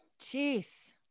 Jeez